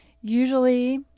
usually